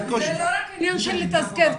זה לא רק עניין של לתזכר,